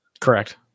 Correct